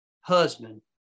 husband